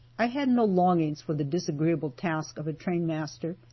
i had no longings for the disagreeable task of a train master,